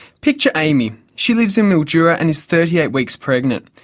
picture amy, she lives in mildura and is thirty eight weeks pregnant.